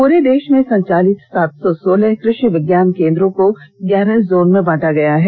पुरे देश में संचालित सात सौ सोलह कृषि विज्ञान केंद्रों को ग्यारह जोन में बांटा गया है